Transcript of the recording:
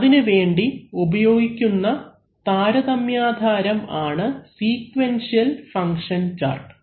അതിനുവേണ്ടി ഉപയോഗിക്കുന്ന താരതമ്യാധാരം ആണ് സ്വീകുവെന്ഷിയൽ ഫങ്ക്ഷൻ ചാർട്ട്